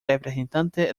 representantes